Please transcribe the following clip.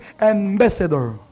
ambassador